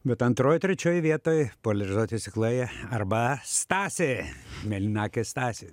bet antroj trečioj vietoj poliarizuoti stiklai arba stasė mėlynakė stasė